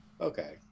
Okay